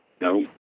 No